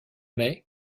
mai